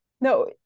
No